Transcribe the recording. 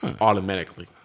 Automatically